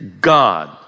God